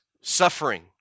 suffering